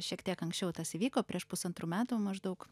šiek tiek anksčiau tas įvyko prieš pusantrų metų maždaug